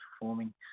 performing